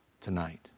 tonight